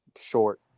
short